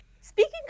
speaking